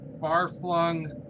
far-flung